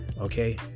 okay